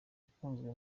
ukunzwe